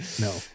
No